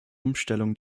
umstellung